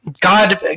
God